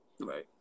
right